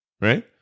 Right